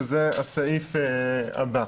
שזה הסעיף הבא.